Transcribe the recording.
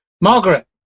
Margaret